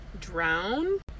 drown